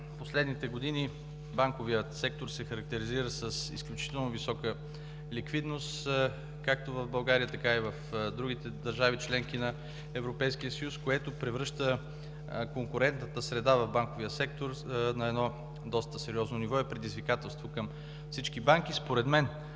последните години банковият сектор се характеризира с изключително висока ликвидност, както в България, така и в другите държави – членки на Европейския съюз, което превръща конкурентната среда в банковия сектор на едно доста сериозно ниво и е предизвикателство към всички банки.